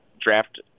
draft